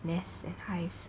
and hives